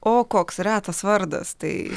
o koks retas vardas tai